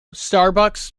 starbucks